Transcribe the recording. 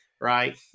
Right